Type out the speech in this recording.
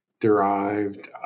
derived